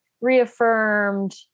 reaffirmed